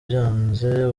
byanze